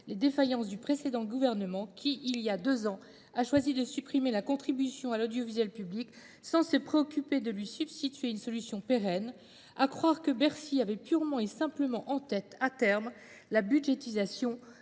les défaillances du précédent gouvernement. Voilà deux ans, celui ci choisissait de supprimer la contribution à l’audiovisuel public sans se préoccuper d’y substituer une solution pérenne. À croire qu’à terme Bercy avait purement et simplement en tête la budgétisation,